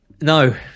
No